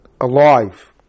alive